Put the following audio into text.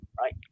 right